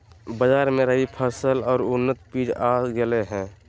बाजार मे रबी फसल के उन्नत बीज आ गेलय हें